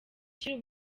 ashyira